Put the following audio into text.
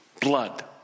Blood